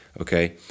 okay